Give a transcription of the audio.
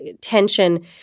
tension